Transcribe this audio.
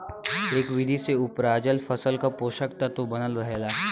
एह विधि से उपराजल फसल में पोषक तत्व बनल रहेला